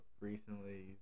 recently